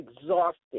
exhausted